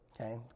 Okay